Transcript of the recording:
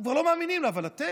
אנחנו כבר לא מאמינים לו, אבל אתם?